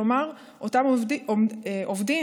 כלומר אותם עובדים